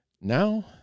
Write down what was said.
Now